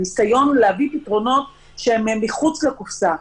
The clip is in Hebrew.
הניסיון הוא להביא פתרונות שהם מחוץ לקופסה.